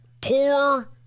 poor-